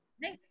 Nice